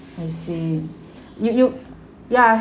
I see you you ya